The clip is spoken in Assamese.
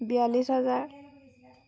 বিয়াল্লিছ হাজাৰ